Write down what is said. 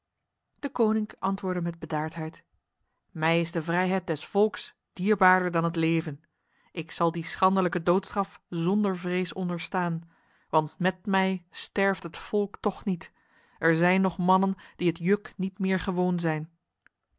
deconinck antwoordde met bedaardheid mij is de vrijheid des volks dierbaarder dan het leven ik zal die schandelijke doodstraf zonder vrees onderstaan want met mij sterft het volk toch niet er zijn nog mannen die het juk niet meer gewoon zijn